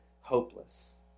hopeless